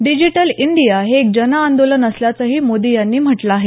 digital India हे एक जन आंदोलन असल्याचंही मोदी यांनी म्हटलं आहे